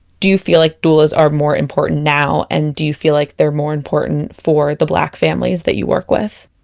do you feel like doulas are more important now and do you feel like they're more important for the black families that you work with?